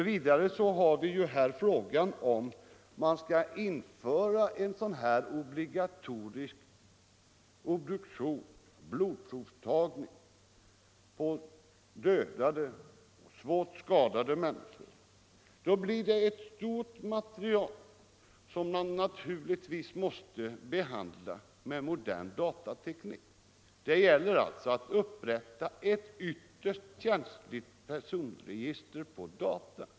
Vidare har vi här frågan huruvida man skall införa obligatorisk obduktion eller blodprovstagning på dödade eller svårt skadade förare. Gör vi det blir det ett så stort material att det naturligtvis måste behandlas med modern datateknik. Det gäller alltså att upprätta ett ytterst känsligt personregister på data.